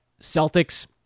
Celtics